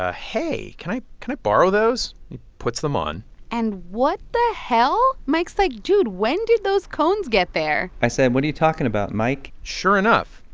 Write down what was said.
ah hey, can i kind of borrow those? he puts them on and what the hell? mike's like, dude, when did those cones get there? i said, what are you talking about, mike? sure enough,